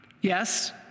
yes